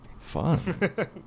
fun